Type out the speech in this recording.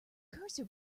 cursor